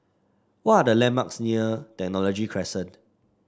what are the landmarks near Technology Crescent